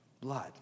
blood